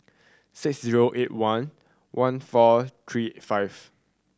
six zero eight one one four three five